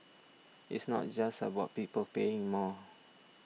it's not just about people paying more